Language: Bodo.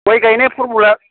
गय गायनाय फर्मुलाया